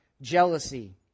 jealousy